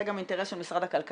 זה גם האינטרס של משרד הכלכלה,